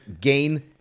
gain